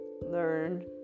learn